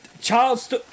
Charles